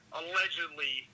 allegedly